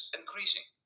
increasing